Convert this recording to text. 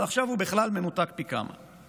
אבל עכשיו הוא בכלל מנותק פי כמה.